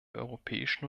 europäischen